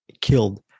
killed